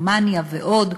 גרמניה ועוד,